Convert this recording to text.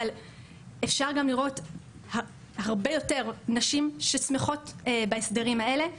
אבל אפשר גם לראות הרבה יותר נשים ששמחות בהסדרים האלה.